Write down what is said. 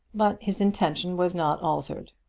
but his intention was not altered.